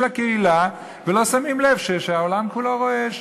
הקהילה ולא שמים לב שהעולם כולו רועש.